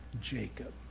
Jacob